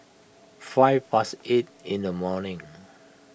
five past eight in the morning